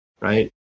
right